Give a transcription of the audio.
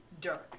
dirt